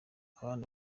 abana